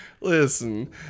listen